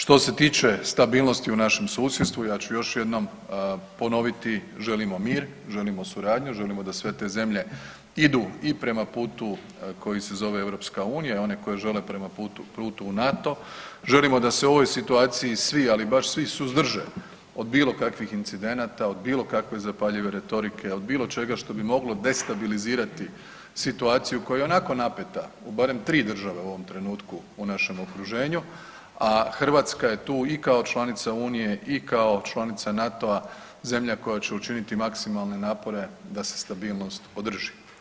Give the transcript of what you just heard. Što se tiče stabilnosti u našem susjedstvu, ja ću još jednom ponoviti, želimo mir, želimo suradnju, želimo da sve te zemlje idu i prema putu koji se zove EU, one koje žele prema putu u NATO, želimo da se u ovoj situaciji svi, ali baš svi, suzdrže od bilo kakvih incidenata, od bilo kakve zapaljive retorike, od bilo čega što bi moglo destabilizirati situacija koja je ionako napeta, u barem 3 države u ovom trenutku u našem okruženju, a Hrvatska je tu i kao članica Unije i kao članica NATO-a, zemlja koja će učiniti maksimalne napore da se stabilnost održi.